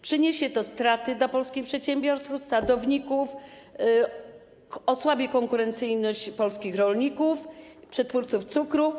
Przyniesie on straty polskim przedsiębiorcom i sadownikom, osłabi konkurencyjność polskich rolników i przetwórców cukru.